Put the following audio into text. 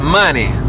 money